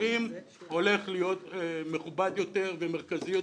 אחרים הולך להיות מכובד יותר ומרכזי יותר.